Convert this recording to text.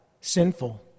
sinful